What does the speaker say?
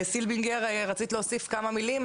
סילבינגר, רצית להוסיף כמה מילים?